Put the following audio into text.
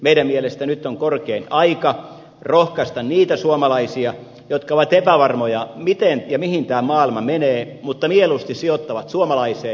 meidän mielestämme nyt on korkein aika rohkaista niitä suomalaisia jotka ovat epävarmoja siitä miten ja mihin tämä maailma menee mutta mieluusti sijoittavat suomalaiseen